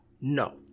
No